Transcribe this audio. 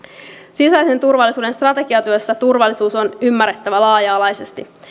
sisäisen turvallisuuden strategiatyössä turvallisuus on ymmärrettävä laaja alaisesti